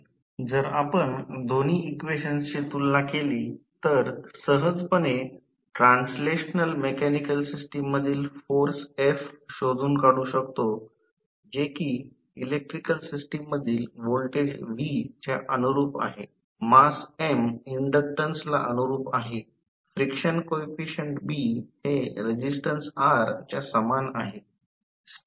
जर आपण दोन्ही इक्वेशनची तुलना केली तर सहजपणे ट्रान्सलेशनल मेकॅनिकल सिस्टम मधील फोर्स F शोधून काढू शकतो जे की इलेक्ट्रिकल सिस्टम मधील व्होल्टेज V च्या अनुरूप आहे मास M इन्डक्टन्सला अनुरूप आहे फ्रिक्शन कोइफिसिएंट B हे रेसिस्टन्स R च्या सामान आहे